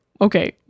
okay